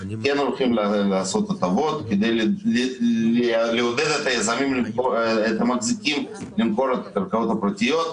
הולכים לתת הטבות כדי לעודד את המחזיקים למכור את הקרקעות הפרטיות.